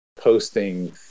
posting